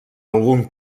algun